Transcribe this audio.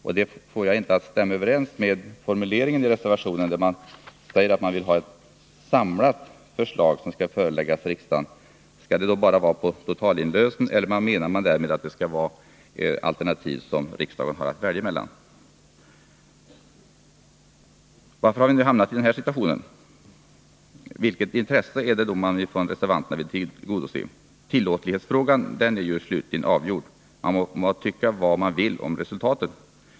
Jag är också frågande inför formuleringen i reservationen, där man säger att man vill ha ett samlat förslag som skall föreläggas riksdagen. Skall det då bara vara en totalinlösen eller menar man att riksdagen skall ha alternativ att välja mellan? Varför har vi nu hamnat i den här situationen? Vilket intresse är det reservanterna vill tillgodose? Tillåtlighetsfrågan är ju slutligen avgjord — vad man än må tycka om resultatet.